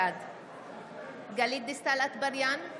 בעד גלית דיסטל אטבריאן,